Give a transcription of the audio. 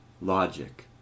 logic